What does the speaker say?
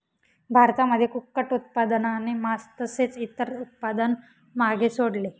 भारतामध्ये कुक्कुट उत्पादनाने मास तसेच इतर उत्पादन मागे सोडले